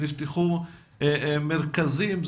שנפתחו מרכזים,